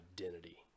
identity